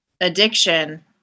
addiction